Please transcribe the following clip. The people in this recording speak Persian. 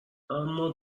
اما